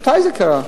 מתי זה קרה?